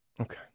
Okay